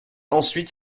ensuite